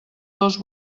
dos